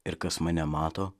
ir kas mane mato